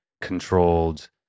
controlled